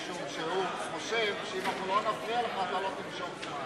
משום שהוא חושב שאם לא נפריע לך אתה לא תמשוך זמן.